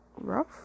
rough